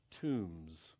tombs